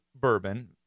bourbon